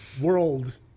world